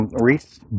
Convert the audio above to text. Reese